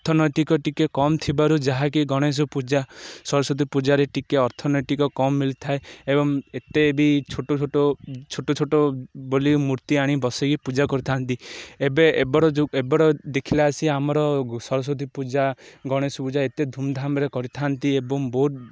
ଅର୍ଥନୈତିକ ଟିକେ କମ୍ ଥିବାରୁ ଯାହାକି ଗଣେଶ ପୂଜା ସରସ୍ଵତୀ ପୂଜାରେ ଟିକେ ଅର୍ଥନୈତିକ କମ ମିଳିଥାଏ ଏବଂ ଏତେ ବି ଛୋଟ ଛୋଟ ଛୋଟ ଛୋଟ ବୋଲି ମୂର୍ତ୍ତି ଆଣି ବସକି ପୂଜା କରିଥାନ୍ତି ଏବେ ଏର ଯେଉଁ ଏବେର ଦେଖିଲା ଆସି ଆମର ସରସ୍ଵତୀ ପୂଜା ଗଣେଶ ପୂଜା ଏତେ ଧୁମଧାମରେ କରିଥାନ୍ତି ଏବଂ ବହୁତ